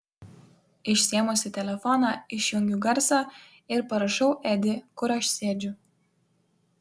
išsiėmusi telefoną išjungiu garsą ir parašau edi kur aš sėdžiu